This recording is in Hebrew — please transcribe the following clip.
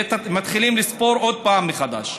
ומתחילים לספור עוד פעם מחדש.